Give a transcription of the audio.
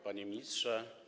Panie Ministrze!